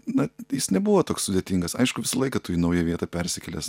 na jis nebuvo toks sudėtingas aišku visą laiką tu į naują vietą persikėlęs